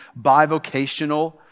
bivocational